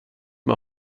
med